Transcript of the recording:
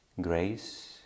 grace